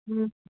ହୁଁ